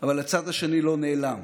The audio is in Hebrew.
אבל הצד השני לא נעלם,